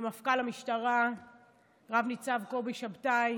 למפכ"ל המשטרה רב ניצב קובי שבתאי